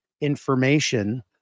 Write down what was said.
information